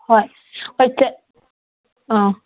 ꯍꯣꯏ ꯍꯣꯏ ꯑꯥ